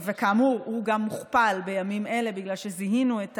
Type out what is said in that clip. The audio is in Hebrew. וכאמור, הוא גם מוכפל בימים אלה בגלל שזיהינו את